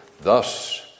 Thus